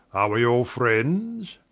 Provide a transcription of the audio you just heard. are wee all friends?